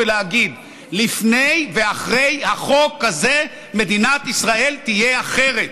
ולהגיד: לפני ואחרי החוק הזה מדינת ישראל תהיה אחרת.